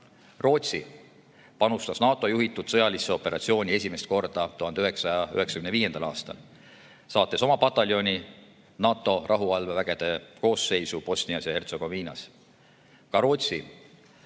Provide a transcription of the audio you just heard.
Rootsi panustas NATO juhitud sõjalisse operatsiooni esimest korda 1995. aastal, saates oma pataljoni NATO rahuvalvevägede koosseisu Bosnias ja Hertsegoviinas.